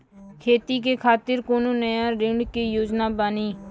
खेती के खातिर कोनो नया ऋण के योजना बानी?